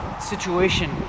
situation